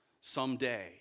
someday